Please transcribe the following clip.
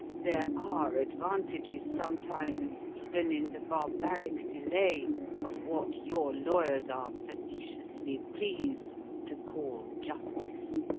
there are advantages sometimes even in the barbaric delay of what your lawyers are facetiously pleased to call justice.